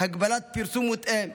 הגבלת פרסום מוטעה,